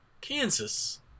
Kansas